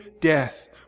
death